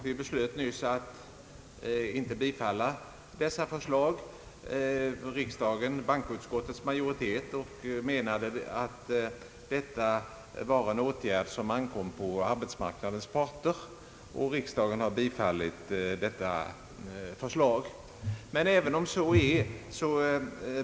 Vi beslöt nyss att inte bifalla detta förslag, då kammaren och bankoutskottets majoritet ansåg att det ankommer på arbetsmarknadens parter att lösa den frågan.